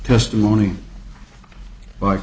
testimony by